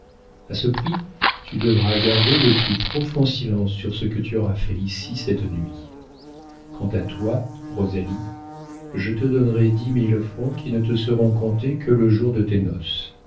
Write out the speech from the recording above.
a ce prix tu devras garder le plus profond silence sur ce que tu auras fait ici cette nuit quant à toi rosalie je te donnerai dix mille francs qui ne te seront comptés que le jour de tes noces